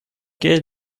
quai